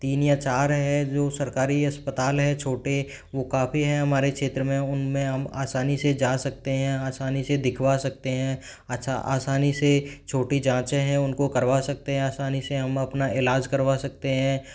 तीन या चार है जो सरकारी अस्पताल है छोटे वो काफ़ी हैं हमारे क्षेत्र में उनमें हम आसानी से जा सकते हैं आसानी से दिखवा सकते हैं अच्छा आसानी से छोटी जाँचें है उनको करवा सकते हैं आसानी से हम अपना इलाज करवा सकते हैं